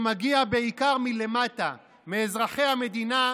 שמגיע בעיקר מלמטה, מאזרחי המדינה,